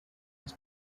his